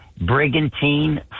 Brigantine